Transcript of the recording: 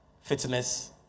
fitness